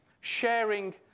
sharing